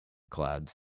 clouds